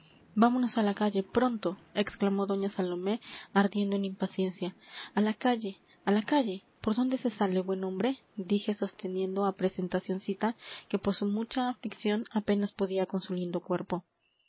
vámonos a la calle pronto exclamó doña salomé ardiendo en impaciencia a la calle a la calle por dónde se sale buen hombre dije sosteniendo a presentacioncita que por su mucha aflicción apenas podía con su lindo cuerpo